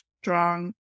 strong